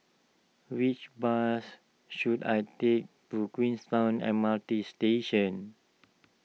which bus should I take to Queenstown M R T Station